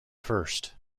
first